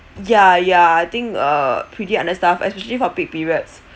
ya ya I think uh pretty understaffed especially for peak periods